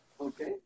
okay